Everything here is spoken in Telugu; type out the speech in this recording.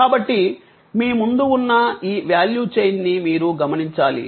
కాబట్టి మీ ముందు ఉన్న ఈ వాల్యూ చైన్ ని మీరు గమనించాలి